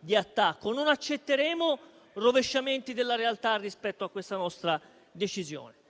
di attacco. Non accetteremo rovesciamenti della realtà rispetto a questa nostra decisione.